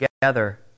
together